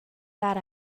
that